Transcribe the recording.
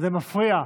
זה מפריע.